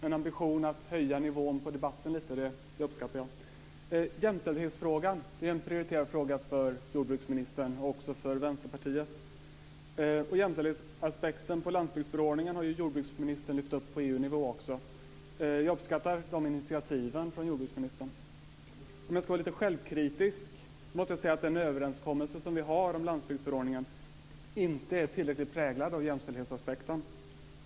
Fru talman! Jag får tacka jordbruksministern för hennes ambition att höja nivån på debatten lite. Det uppskattar jag. Jämställdhetsfrågan är en prioriterad fråga för jordbruksministern och också för Vänsterpartiet. Jämställdhetsaspekten på landsbygdsförordningen har ju jordbruksministern lyft upp på EU-nivå också. Jag uppskattar dessa initiativ från jordbruksministern. Om jag ska vara lite självkritisk måste jag säga att den överenskommelse som vi har om landsbygdsförordningen inte är tillräckligt präglad av jämställdhetsaspekten.